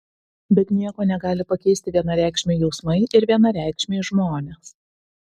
bet nieko negali pakeisti vienareikšmiai jausmai ir vienareikšmiai žmonės